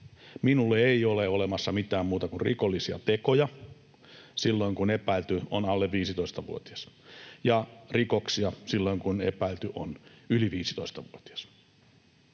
Minulle ei ole olemassa mitään muuta kuin rikollisia tekoja, silloin kun epäilty on alle 15-vuotias, ja rikoksia, silloin kun epäilty on yli 15-vuotias.